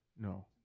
no